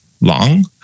long